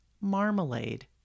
Marmalade